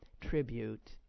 tribute